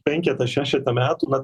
penketą šešetą metų na